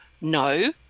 no